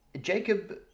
Jacob